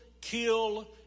kill